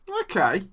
Okay